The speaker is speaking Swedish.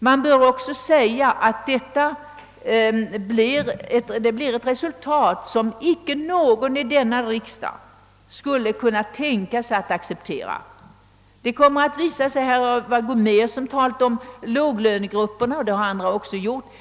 Man bör också säga att man får ett resultat för vissa av dessa som icke någon i denna riksdag skulle kunna tänka sig att acceptera. Herr Gomér talade om låglönegrupper och andra har också gjort det.